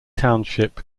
township